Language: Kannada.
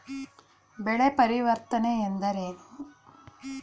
ಬೆಳೆ ಪರಿವರ್ತನೆ ಎಂದರೇನು?